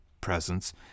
presence